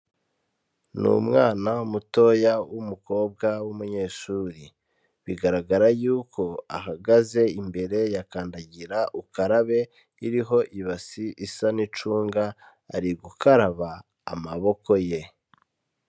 Ni umwana mutoya w'umukobwa w'umunyeshuri, bigaragara yuko ahagaze imbere yakandagira ukarabe iriho ibasi isa n'icunga ari gukaraba amaboko ye.